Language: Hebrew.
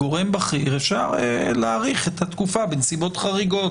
גורם בכיר אפשר להאריך את התקופה בנסיבות חריגות,